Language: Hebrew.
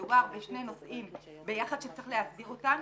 מדובר בשני נושאים ביחד שצריך להסדיר אותם.